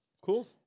Cool